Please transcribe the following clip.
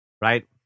right